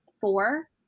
four